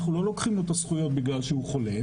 אנחנו לא לוקחים לו את הזכויות בגלל שהוא חולה.